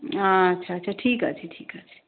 আচ্ছা আচ্ছা ঠিক আছে ঠিক আছে